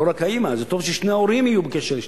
זה טוב ששני ההורים יהיו בקשר עם